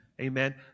Amen